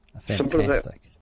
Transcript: fantastic